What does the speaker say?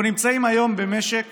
אנחנו נמצאים היום במשק